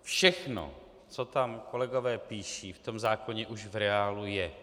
Všechno, co tam kolegové píší, v tom zákoně už v reálu je.